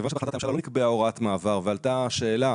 כיוון שבהחלטת הממשלה לא נקבעה הוראת מעבר ועלתה שאלה